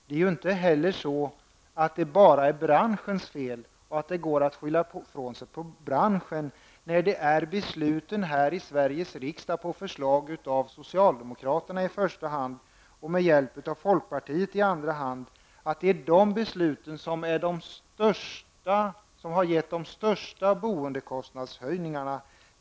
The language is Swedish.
Det är inte heller bara branschens fel, så att det går att skylla i från sig på branschen, när det är besluten här i Sveriges riksdag på förslag av i första hand socialdemokraterna, med hjälp av folkpartiet i andra hand, som har gett de största boendekostnadshöjningarna.